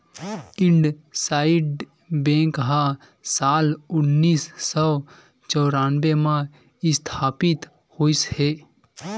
IndusInd bank ह साल उन्नीस सौ चैरानबे म इस्थापित होइस हे